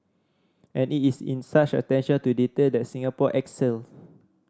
and it is in such attention to detail that Singapore excels